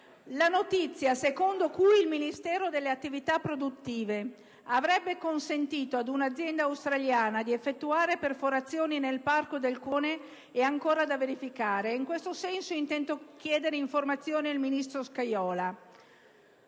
«La notizia secondo cui il Ministero delle attività produttive avrebbe consentito ad un'azienda australiana di effettuare perforazioni nel Parco regionale di Montevecchia e Valle del Curone è ancora da verificare e in questo senso intendo chiedere informazioni al ministro Scajola.